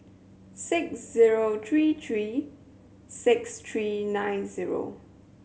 six zero three three six three nine zero